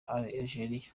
algeria